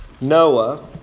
Noah